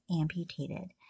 amputated